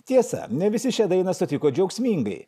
tiesa ne visi šią dainą sutiko džiaugsmingai